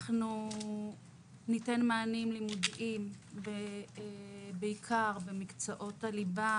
אנחנו ניתן מענים לימודיים בעיקר במקצועות הליבה,